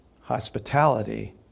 hospitality